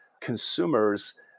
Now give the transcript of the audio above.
consumers